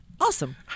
Awesome